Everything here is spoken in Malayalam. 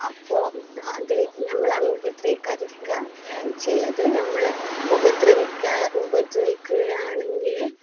അപ്പോള് അത് നമ്മളെ ഉപദ്രവിക്കാതിരിക്കും ചിലത് നമ്മളെ ഉപദ്രവിക്കുകയാണെങ്കില്